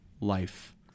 life